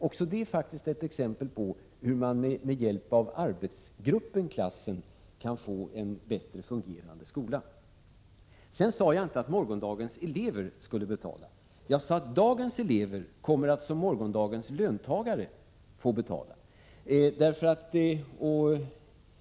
Också det är faktiskt ett exempel på hur man med hjälp av arbetsgruppen klassen kan få en bättre fungerande skola. Sedan sade jag inte att morgondagens elever skulle betala. Jag sade att dagens elever kommer som morgondagens löntagare att få betala.